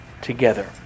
together